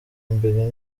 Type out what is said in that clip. imbere